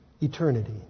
eternity